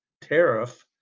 tariff